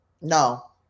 No